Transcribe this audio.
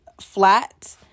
flat